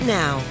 now